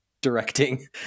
directing